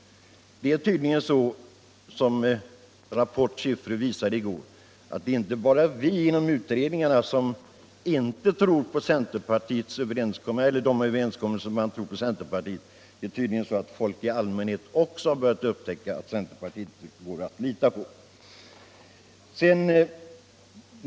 Det är tydligen så som Rapports siffror visade i går, att det inte bara är vi inom utredningarna som inte tror på centerpartiet utan att folk i allmänhet också har börjat upptäcka att centerpartiet inte går att lita på.